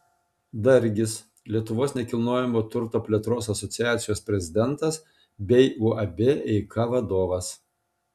dargis lietuvos nekilnojamojo turto plėtros asociacijos prezidentas bei uab eika vadovas